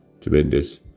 tremendous